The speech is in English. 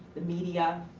the media,